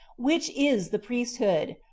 which is the priesthood,